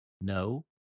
No